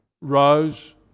rose